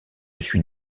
suis